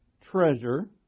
treasure